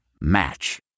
Match